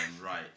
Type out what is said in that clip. right